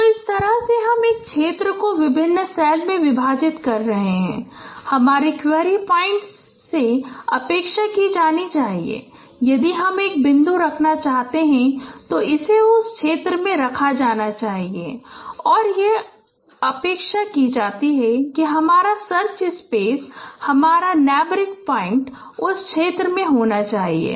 तो इस तरह से हम एक क्षेत्र को विभिन्न सेल में विभाजित कर रहे हैं और हमारे क्वेरी पॉइंट से अपेक्षा की जानी चाहिए यदि हम एक बिंदु रखना चाहते हैं तो इसे उस क्षेत्र में रखा जाना चाहिए और यह अपेक्षा की जाती है कि हमारा सर्च स्पेस हमारा नेबरिंग पॉइंट उस क्षेत्र में होना चाहिए